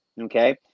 okay